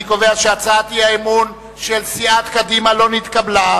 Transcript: אני קובע שהצעת האי-אמון של סיעת קדימה לא נתקבלה.